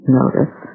notice